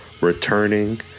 returning